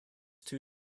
two